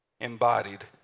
embodied